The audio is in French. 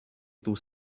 tout